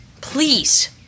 please